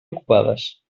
ocupades